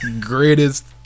greatest